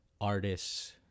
artists